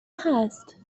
هست